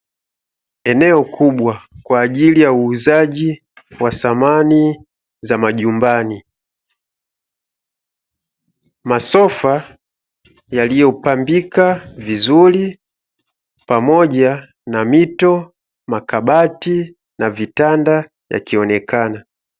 Eneo kubwa kwa ajili ya uuzaji wa samani za majumbani. Masofa yaliyopambika vizuri pamoja na mito, makabati na vitanda yakionekana.